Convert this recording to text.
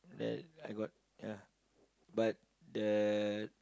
the I got yeah but the